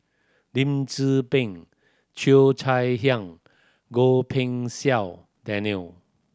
Lim Tze Peng Cheo Chai Hiang Goh Pei Siong Daniel